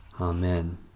Amen